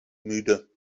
müde